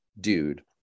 dude